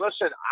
listen